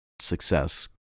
success